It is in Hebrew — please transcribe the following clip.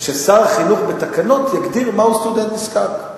ששר החינוך בתקנות יגדיר מהו סטודנט נזקק.